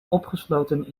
opgesloten